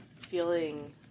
feeling